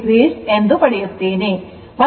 8o ಎಂದು ಪಡೆಯುತ್ತೇನೆ